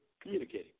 communicating